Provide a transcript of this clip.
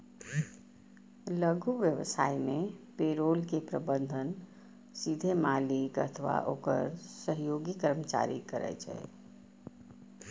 लघु व्यवसाय मे पेरोल के प्रबंधन सीधे मालिक अथवा ओकर सहयोगी कर्मचारी करै छै